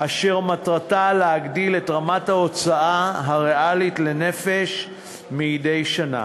אשר מטרתה להגדיל את רמת ההוצאה הריאלית לנפש מדי שנה.